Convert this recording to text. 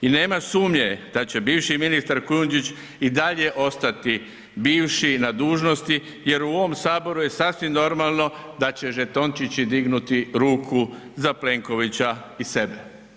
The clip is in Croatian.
I nema sumnje da će bivši ministar Kujundžić i dalje ostati bivši na dužnosti jer u ovom saboru je sasvim normalno da će žetončići dignuti ruku za Plenkovića i sebe.